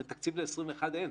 הרי תקציב ל-2021 אין,